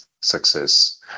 success